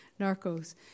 narcos